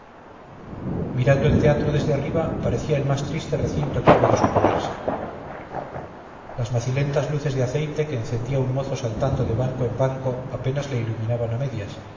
mirando el teatro desde arriba parecía el más triste recinto que puede suponerse las macilentas luces de aceite que encendía un mozo saltando de banco en banco apenas le iluminaban a medias